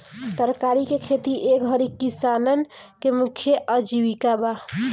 तरकारी के खेती ए घरी किसानन के मुख्य आजीविका बा